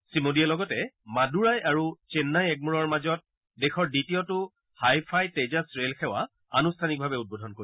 শ্ৰীমোডীয়ে লগতে মাডুৰাই আৰু চেন্নাই এগ্মোৰৰ মাজত দেশৰ দ্বিতীয়টো হাই ফাই তেজাছ ৰেল সেৱা আনুষ্ঠানিকভাৱে উদ্বোধন কৰিব